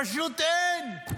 פשוט אין.